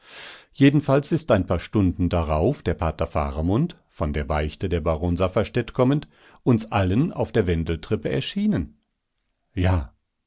jedenfalls ist ein paar stunden darauf der pater faramund von der beichte der baronin safferstädt kommend uns allen auf der wendeltreppe erschienen ja